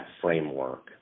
framework